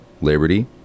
liberty